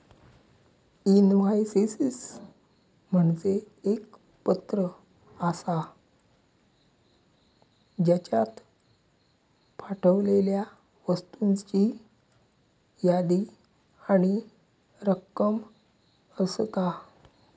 invoices म्हणजे एक पत्र आसा, ज्येच्यात पाठवलेल्या वस्तूंची यादी आणि रक्कम असता